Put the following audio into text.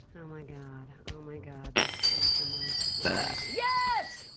oh my god. oh my god. this is the most amazing yes!